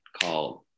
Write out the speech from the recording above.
called